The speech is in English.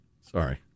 Sorry